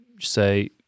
say